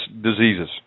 diseases